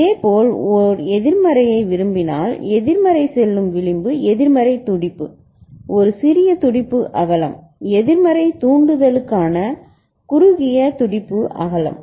இதேபோல் ஒரு எதிர்மறையை விரும்பினால் எதிர்மறை செல்லும் விளிம்பு எதிர்மறை துடிப்பு ஒரு சிறிய துடிப்பு அகலம் எதிர்மறை தூண்டுதலுக்கான குறுகிய துடிப்பு அகலம்